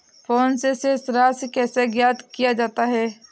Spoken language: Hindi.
फोन से शेष राशि कैसे ज्ञात किया जाता है?